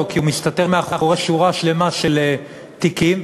כי הוא מסתתר מאחורי שורה שלמה של תיקים.